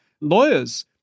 lawyers